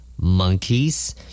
Monkeys